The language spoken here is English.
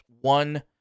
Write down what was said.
one